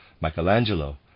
Michelangelo